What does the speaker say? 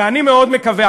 ואני מאוד מקווה,